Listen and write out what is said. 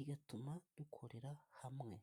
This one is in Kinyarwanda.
igatuma dukorera hamwe.